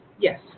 yes